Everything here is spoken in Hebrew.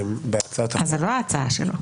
זאת לא ההצעה שלו.